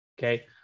Okay